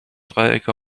dreiecke